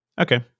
Okay